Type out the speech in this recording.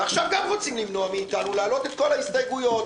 ועכשיו גם רוצים למנוע מאיתנו להעלות את כל ההסתייגויות.